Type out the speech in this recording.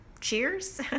Cheers